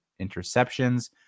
interceptions